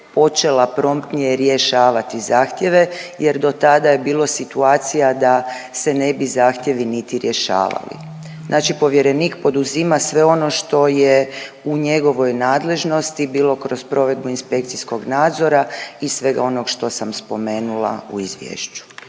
počela promptnije rješavati zahtjeve, jer do tada je bilo situacija da se ne bi zahtjevi niti rješavali. Znači povjerenik poduzima sve ono što je u njegovoj nadležnosti bilo kroz provedbu inspekcijskog nadzora i svega onog što sam spomenula u izvješću.